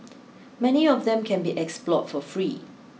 many of them can be explored for free